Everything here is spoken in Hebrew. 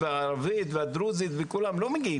כמעט ולא מגיעים